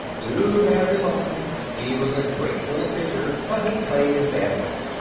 too bad we lost him. he was a great little pitcher, but he played in bad luck.